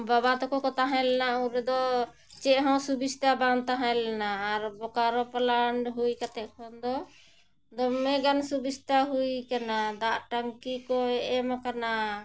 ᱵᱟᱵᱟ ᱛᱟᱠᱚ ᱠᱚ ᱛᱟᱦᱮᱸ ᱞᱮᱱᱟ ᱩᱱ ᱨᱮᱫᱚ ᱪᱮᱫ ᱦᱚᱸ ᱥᱩᱵᱤᱫᱷᱟ ᱵᱟᱝ ᱛᱟᱦᱮᱸ ᱞᱮᱱᱟ ᱟᱨ ᱵᱳᱠᱟᱨᱚ ᱯᱞᱟᱱᱴ ᱦᱩᱭ ᱠᱟᱛᱮᱫ ᱠᱷᱚᱱ ᱫᱚ ᱫᱚᱢᱮ ᱜᱟᱱ ᱥᱩᱵᱤᱫᱷᱟ ᱦᱩᱭ ᱟᱠᱟᱱᱟ ᱫᱟᱜ ᱴᱟᱝᱠᱤ ᱠᱚᱭ ᱮᱢ ᱟᱠᱟᱱᱟ